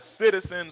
citizens